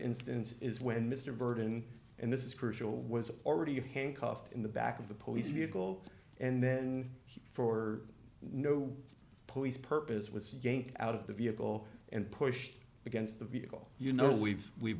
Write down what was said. instance is when mr burton and this is crucial was already handcuffed in the back of the police vehicle and then for no police purpose was again out of the vehicle and pushed against the vehicle you know we've we've